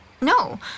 No